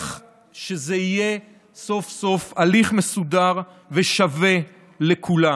שזה יהיה סוף-סוף הליך מסודר ושווה לכולם.